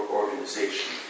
organization